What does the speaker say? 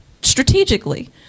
strategically